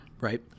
Right